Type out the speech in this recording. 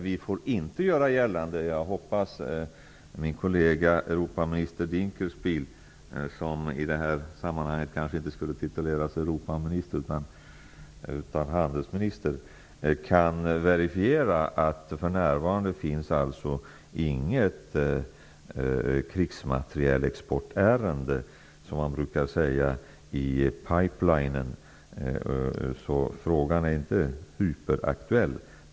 Jag hoppas att min kollega Europaminister Dinkelspiel, som i detta sammanhang kanske inte skulle tituleras Europaminister utan handelsminister, kan verifiera att det för närvarande inte finns något krigsmaterielexportärende i pipelinen, som man brukar säga. Fråga är inte hyperaktuell.